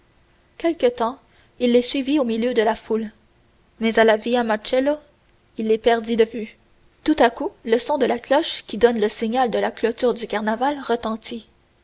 quelque temps il les suivit au milieu de la foule mais à la via macello il les perdit de vue tout à coup le son de la cloche qui donne le signal de la clôture du carnaval retentit